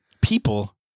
people